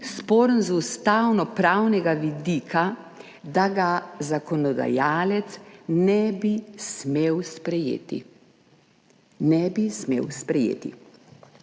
sporen z ustavnopravnega vidika, da ga zakonodajalec ne bi smel sprejeti. Ne bi smel sprejeti.